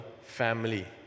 family